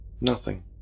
Nothing